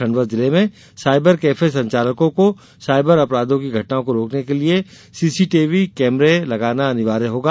खंडवा जिले में cyber cafe संचालकों को सायबर अपराधों की घटनाओं को रोकने के लिये सीसीटीवी कैमरे लगाना अनिवार्य होगा